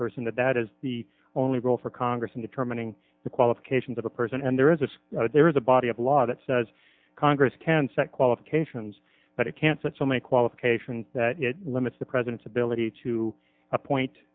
person that that is the only role for congress in determining the qualifications of a person and there is a there is a body of law that says congress can set qualifications but it can't set so many qualifications it limits the president's ability to appoint